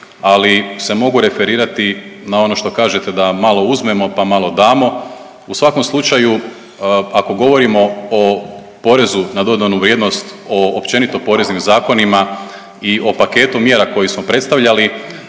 ali se mogu referirati na ono što kažete da malo uzmemo pa malo damo, u svakom slučaju ako govorimo o porezu na dodanu vrijednost o općenito poreznim zakonima i o paketu mjera koje smo predstavljali